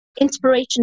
inspiration